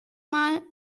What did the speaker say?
mal